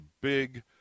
big